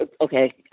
Okay